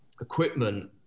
equipment